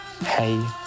Hey